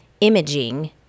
imaging